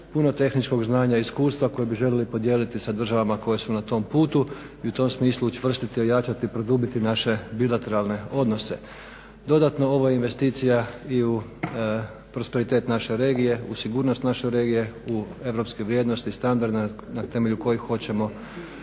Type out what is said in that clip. puno tehničkog znanja i iskustva koje bi željeli podijeliti sa državama koje su na tom putu i u tom smislu učvrstiti i ojačati, produbiti naše bilateralne odnose. Dodatno ovo je investicija i u prosperitet naše regije, u sigurnost naše regije, u europske vrijednosti, standarde na temelju kojih hoćemo